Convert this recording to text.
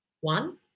one